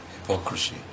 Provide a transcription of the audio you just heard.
hypocrisy